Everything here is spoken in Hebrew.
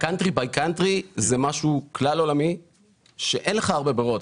ה- country by countryזה משהו כלל עולמי שאין לך הרבה ברירות,